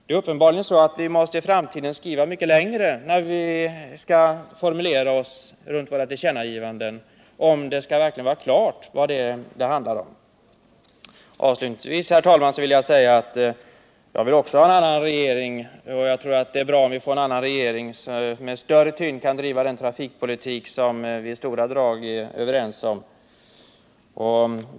I framtiden måste vi uppenbarligen skriva mycket längre när vi skall formulera våra tillkännagivanden, om det skall bli klart vad de handlar om. Avslutningsvis vill jag säga att jag också vill ha en annan regering som med större tyngd kan driva den trafikpolitik som vi i stora drag är överens om.